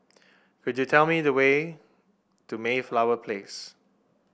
could you tell me the way to Mayflower Place